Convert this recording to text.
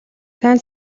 сайн